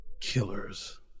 killers